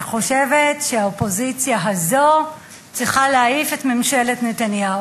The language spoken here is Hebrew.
אני חושבת שהאופוזיציה הזאת צריכה להעיף את ממשלת נתניהו.